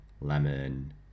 lemon